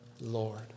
Lord